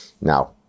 now